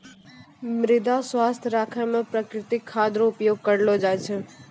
मृदा स्वास्थ्य राखै मे प्रकृतिक खाद रो उपयोग करलो जाय छै